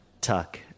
tuck